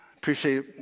Appreciate